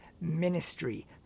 ministry